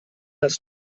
das